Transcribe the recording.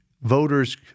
voters